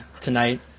tonight